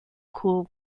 cool